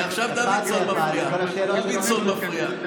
עכשיו דוידסון מפריע.